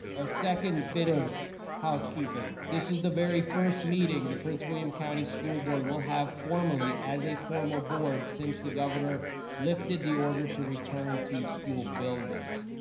a second bit of housekeeping. this is the very first meeting the prince william county school board will have formally, as a formal board, since the governor lifted the order to return to school buildings.